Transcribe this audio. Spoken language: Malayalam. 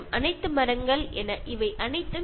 അതിനാൽ എനിക്ക് എന്തും ചെയ്യാം